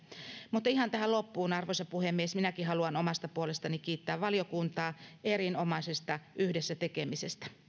mutta ihan tähän loppuun arvoisa puhemies minäkin haluan omasta puolestani kiittää valiokuntaa erinomaisesta yhdessä tekemisestä